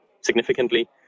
significantly